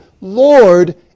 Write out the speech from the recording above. Lord